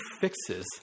fixes